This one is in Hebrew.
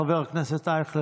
חבר הכנסת אייכלר,